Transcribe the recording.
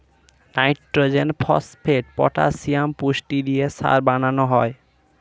nitrogen, phosphate, potassium পুষ্টি দিয়ে সার বানানো হয়